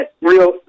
real